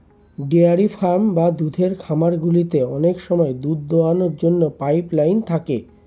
dairy farm বা দুধের খামারগুলিতে অনেক সময় দুধ দোয়াবার জন্য পাইপ লাইন থাকে